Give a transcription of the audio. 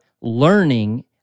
learning